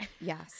Yes